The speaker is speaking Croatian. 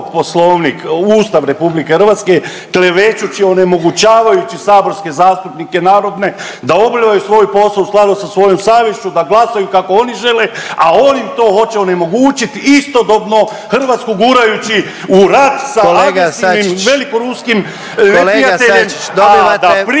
Poslovnik, Ustav Republike Hrvatske klevećući, onemogućavajući saborske zastupnike narodne da obavljaju svoj posao u skladu sa svojom savješću, da glasaju kako oni žele a oni to hoće onemogućiti istodobno Hrvatsku gurajući u rat sa agresivnim … …/Upadica